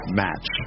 match